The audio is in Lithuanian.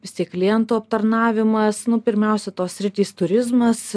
vistiek klientų aptarnavimas nu pirmiausia tos sritys turizmas